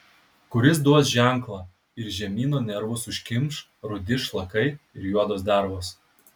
kuris duos ženklą ir žemyno nervus užkimš rudi šlakai ir juodos dervos